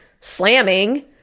slamming